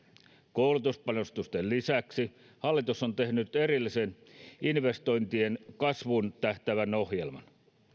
koulutuspanostusten lisäksi hallitus on tehnyt erillisen investointien kasvuun tähtäävän ohjelman